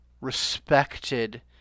respected